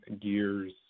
gears